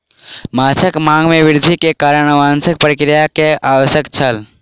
माँछक मांग में वृद्धि के कारण अनुवांशिक प्रक्रिया के आवश्यकता छल